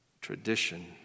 tradition